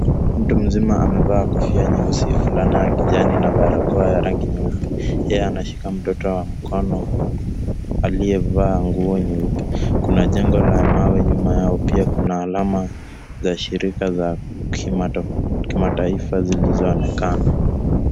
Mtu mzima amevaa kofia nyeusi, fulana ya kijani na barakoa ya rangi nyeupe. Ye anashika mtoto wa mkono aliyevaa nguo nyeupe. Kuna jengo la mawe nyuma yao. Pia kuna alama za shirika za kimataifa zilizoonekana.